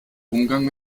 umgang